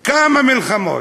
כמה מלחמות?